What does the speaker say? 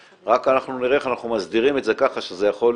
רק אנחנו נראה איך אנחנו מסדירים את זה ככה שזה יכול,